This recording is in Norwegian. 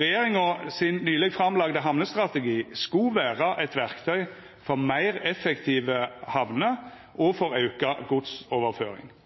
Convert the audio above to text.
Regjeringas nyleg framlagde hamnestrategi skulle vera eit verktøy for meir effektive hamner og for auka godsoverføring.